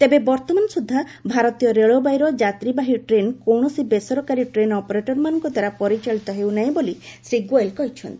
ତେବେ ବର୍ତ୍ତମାନ ସୁଦ୍ଧା ଭାରତୀୟ ରେଳବାଇର ଯାତ୍ରୀବାହୀ ଟ୍ରେନ୍ କୌଣସି ବେସରକାରୀ ଟ୍ରେନ୍ ଅପରେଟର୍ମାନଙ୍କଦ୍ୱାରା ପରିଚାଳିତ ହେଉ ନାହିଁ ବୋଲି ଶ୍ରୀ ଗୋୟେଲ୍ କହିଛନ୍ତି